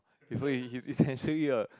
it's why it's essentially a